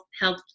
health